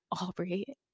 Aubrey